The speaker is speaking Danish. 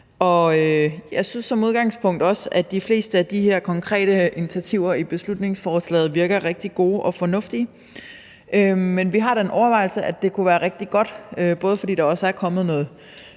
jeg synes som udgangspunkt også, at de fleste af de her konkrete initiativer i beslutningsforslaget virker rigtig gode og fornuftige, men vi har den overvejelse, at det kunne være rigtig godt, både fordi der er kommet noget